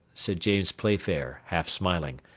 said james playfair, half smiling,